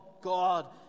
God